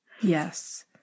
yes